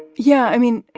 yeah. i mean,